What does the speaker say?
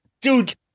Dude